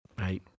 right